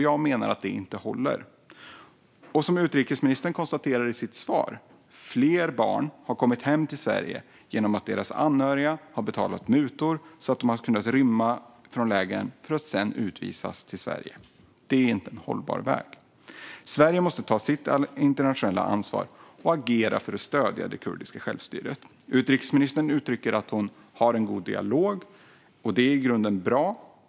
Jag menar att det inte håller. Som utrikesministern konstaterar i sitt svar har flera barn kommit hem till Sverige genom att deras anhöriga betalat mutor så att de kunnat rymma från lägren för att sedan utvisas till Sverige. Det är inte en hållbar väg. Sverige måste ta sitt internationella ansvar och agera för att stödja det kurdiska självstyret. Utrikesministern uttrycker att hon har en god dialog, och det är i grunden bra.